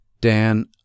Dan